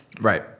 Right